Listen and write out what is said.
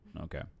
Okay